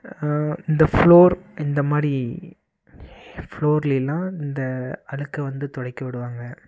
இந்த ஃப்ளோர் இந்தமாதிரி ஃப்ளோர்லேயிலாம் இந்த அழுக்கை வந்து துடைக்க விடுவாங்க